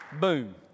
Boom